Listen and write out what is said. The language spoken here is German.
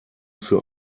für